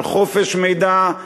על חופש מידע,